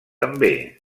també